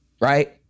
right